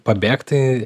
pabėgt tai